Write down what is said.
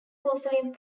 fulfilling